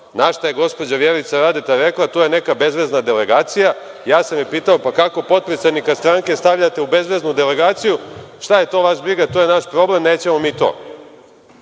Na to je gospođa Vjerica Radeta rekla – to je neka bezvezna delegacija. Ja sam je pitao – pa kako potpredsednika stranke stavljate u bezveznu delegaciju? Kaže – šta je to vas briga, to je naš problem, nećemo mi